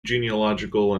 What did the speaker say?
genealogical